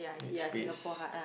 make space